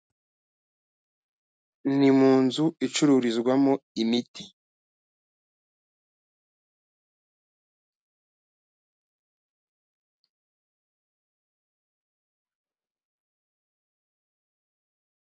Ni mu nzu icururizwamo imiti.